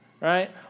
right